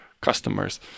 customers